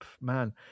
man